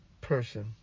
person